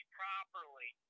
properly